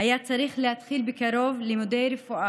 והיה צריך להתחיל בקרוב לימודי רפואה.